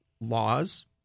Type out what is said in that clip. laws